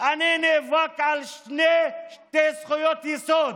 אני נאבק על שתי זכויות יסוד